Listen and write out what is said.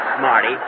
Marty